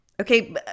okay